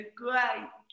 great